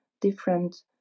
different